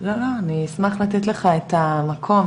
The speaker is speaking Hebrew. לא אני אשמח לתת לך את המקום,